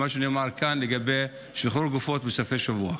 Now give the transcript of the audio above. מה שנאמר כאן לגבי שחרור גופות בסופי שבוע.